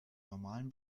normalen